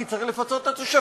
כי צריך לפצות את התושבים.